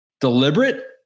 deliberate